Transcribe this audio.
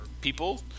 people